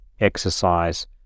exercise